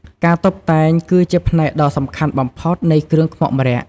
ការតុបតែងគឺជាផ្នែកដ៏សំខាន់បំផុតនៃគ្រឿងខ្មុកម្រ័ក្សណ៍។